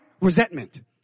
resentment